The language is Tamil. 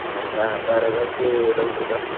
ஆ வே வேற ஏதாச்சி டவுட் இருக்கா